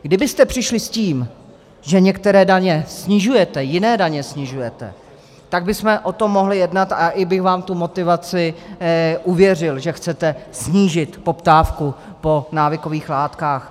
Kdybyste přišli s tím, že některé daně snižujete, jiné daně snižujete, tak bychom o tom mohli jednat a i bych vám tu motivaci uvěřil, že chcete snížit poptávku po návykových látkách.